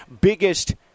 biggest